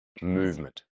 movement